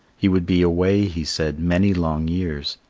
he would be away, he said, many long years,